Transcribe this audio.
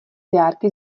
dárky